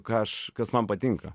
ką aš kas man patinka